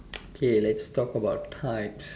okay let's talk about types